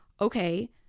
Okay